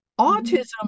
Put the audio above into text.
autism